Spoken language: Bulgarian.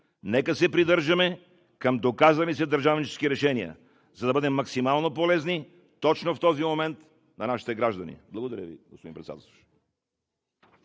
нека се придържаме към доказали се държавнически решения, за да бъдем максимално полезни точно в този момент на нашите граждани. Благодаря Ви, господин Председателстващ.